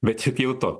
bet tiek jau to